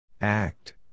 Act